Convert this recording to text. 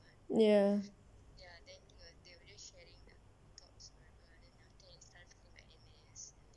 ya